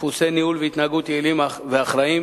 דפוסי ניהול והתנהגות יעילים ואחראיים